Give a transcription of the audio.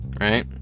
Right